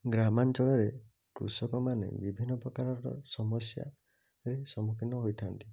ଗ୍ରାମାଞ୍ଚଳରେ କୃଷକମାନେ ବିଭିନ୍ନ ପ୍ରକାରର ସମସ୍ୟାରେ ସମ୍ମୁଖୀନ ହୋଇଥାନ୍ତି